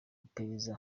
iperereza